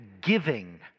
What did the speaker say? giving